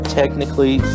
technically